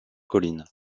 collines